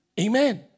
Amen